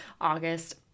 August